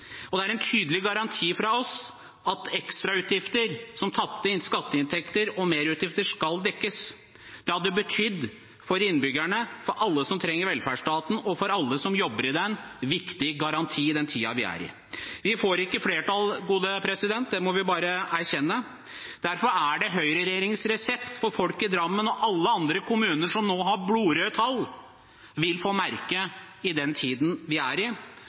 Og det er en tydelig garanti fra oss om at ekstrautgifter som tapte skatteinntekter og merutgifter skal dekkes. Det hadde betydd – for innbyggerne, for alle som trenger velferdsstaten, og for alle som jobber i den – en viktig garanti i den tiden vi er inne i. Vi får ikke flertall, det må vi bare erkjenne. Derfor er det høyreregjeringens resept folk i Drammen og alle andre kommuner som nå har blodrøde tall, vil få merke i den tiden vi er inne i.